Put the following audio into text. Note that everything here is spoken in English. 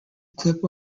clip